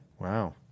Wow